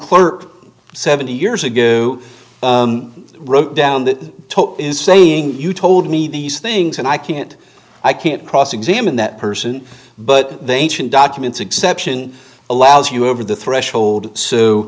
clerk seventy years ago wrote down that top is saying you told me these things and i can't i can't cross examine that person but they'd documents acception allows you over the threshold so